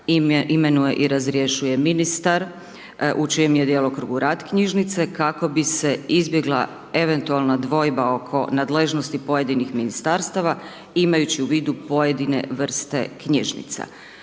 imenuje i razrješuje ministar u čijem je djelokrugu rad knjižnice, kako bi se izbjegla eventualna dvojba oko nadležnosti pojedinih Ministarstava, imajući u vidu pojedine vrste knjižnica.